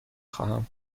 خواهم